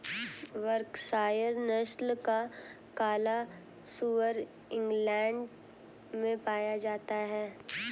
Berkshire नस्ल का काला सुअर इंग्लैण्ड में पाया जाता है